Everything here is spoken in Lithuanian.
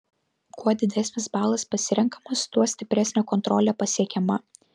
kuo didesnis balas pasirenkamas tuo stipresnė kontrolė pasiekiama